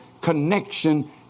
connection